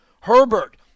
Herbert